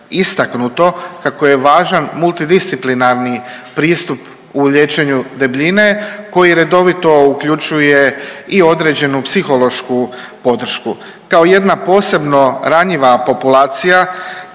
istaknuto kako je važan multidisciplinarni pristup u liječenju debljine koji redovito uključuje i određenu psihološku podršku. Kao jedna posebno ranjiva populacija